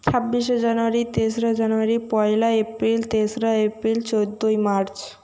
ছাব্বিশে জানুয়ারি তেসরা জানুয়ারি পয়লা এপ্রিল তেসরা এপ্রিল চোদ্দই মার্চ